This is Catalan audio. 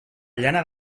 llana